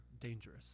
dangerous